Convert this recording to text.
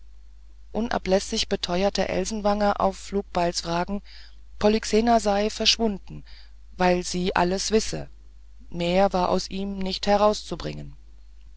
unablässig beteuerte elsenwanger auf flugbeils frage polyxena sei verschwunden weil sie alles wisse mehr war aus ihm nicht herauszubringen